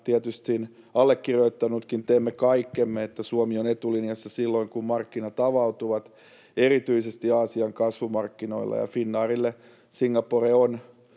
tietysti allekirjoittanutkin, tekee kaikkensa, että Suomi on etulinjassa silloin, kun markkinat avautuvat erityisesti Aasian kasvumarkkinoilla, ja Finnairille Singapore on